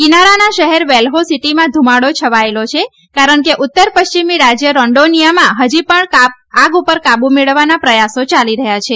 કિનારાના શહેર વેલ્હો સીટીમાં ધુમાડો છવાયેલો છે કારણ કે ઉત્તર પશ્ચિમી રાજ્ય રોંડોનિયામાં હજી પણ આગ ઓલવવાના પ્રયાસો યાલી રહ્યાં છે